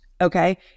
okay